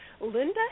Linda